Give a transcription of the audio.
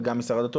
וגם משר הדתות,